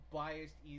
biased